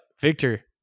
Victor